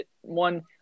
one